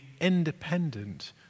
independent